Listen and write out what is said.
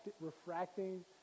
refracting